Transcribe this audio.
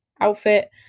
outfit